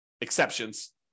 exceptions